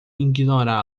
ignorá